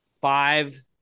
five